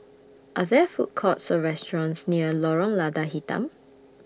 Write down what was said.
Are There Food Courts Or restaurants near Lorong Lada Hitam